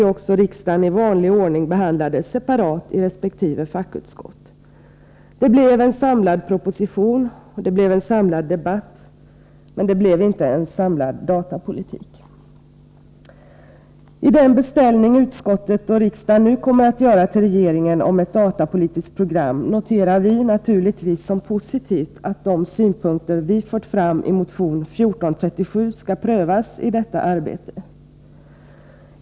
riksdagen i vanlig ordning behandlade separat i resp. fackutskott. Det blev en samlad proposition, det blev en samlad debatt — men det blev inte en samordnad datapolitik. När det gäller den beställning utskottet och riksdagen nu kommer att göra hos regeringen om ett datapolitiskt program noterar vi naturligtvis som positivt att de synpunkter vi fört fram i motion 1437 skall prövas i detta arbete.